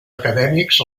acadèmics